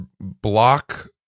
block